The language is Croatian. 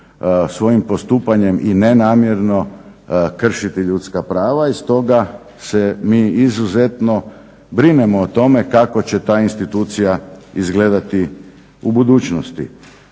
svojim postupanjem i ne namjerno kršiti ljudska prava i stoga se mi izuzetno brinemo o tome kako će ta institucija izgledati u budućnosti.